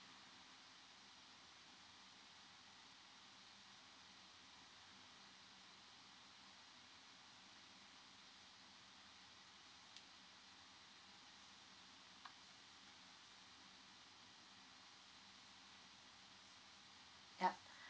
yup